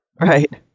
Right